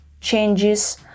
changes